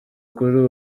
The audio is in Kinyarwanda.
kuli